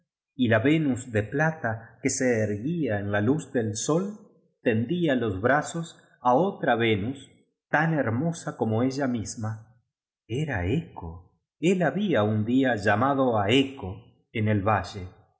y la venus de plata que se erguía en la luz del sol tendía los brazos á otra venus tan her mosa como ella misma era eco el había un día llamado á eco en el valle y